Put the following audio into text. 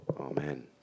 Amen